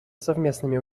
совместными